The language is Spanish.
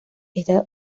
esa